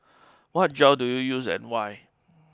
what gel do you use and why